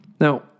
Now